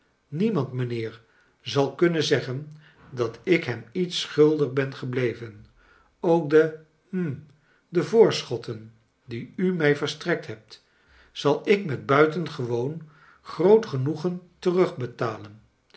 niemand mijnheer zal kunnen zeggen dat ik hem iets schuldig ben gebleven ook de hm de voorschotten die u mij verstrekt hebt zal ik met buitengewoon groot geaoegen